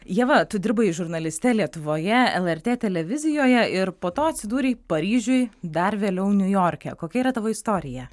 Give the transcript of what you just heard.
ieva tu dirbai žurnaliste lietuvoje lrt televizijoje ir po to atsidūrei paryžiuj dar vėliau niujorke kokia yra tavo istorija